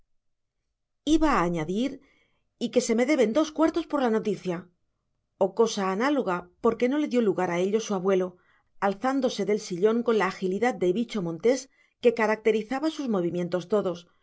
iba a añadir y que se me deben dos cuartos por la noticia o cosa análoga pero no le dio lugar a ello su abuelo alzándose del sillón con la agilidad de bicho montés que caracterizaba sus movimientos todos